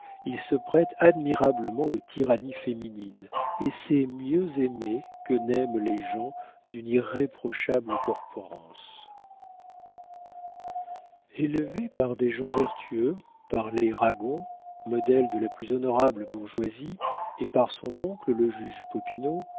il se prête admirablement aux tyrannies féminines et sait mieux aimer que n'aiment les gens d'une irréprochable corporence élevé par des gens vertueux par les ragon modèles de la plus honorable bourgeoisie et par son oncle le juge